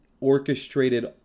orchestrated